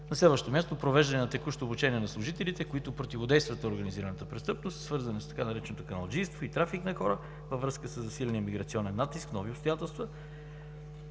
На следващо място, провеждане на текущо обучение на служителите, които противодействат на организираната престъпност, свързано с така нареченото „каналджийство“ и трафик на хора, във връзка със засиления миграционен натиск – нови обстоятелства,